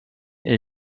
est